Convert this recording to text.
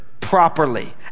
properly